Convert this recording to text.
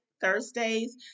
Thursdays